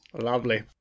Lovely